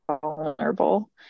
vulnerable